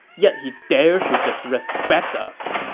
yet he dares to disrespect us!